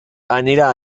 anirà